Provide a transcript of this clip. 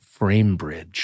FrameBridge